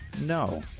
No